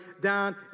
down